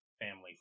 family